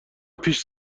پیش